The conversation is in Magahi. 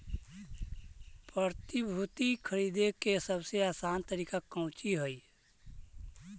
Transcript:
प्रतिभूति खरीदे के सबसे आसान तरीका कउची हइ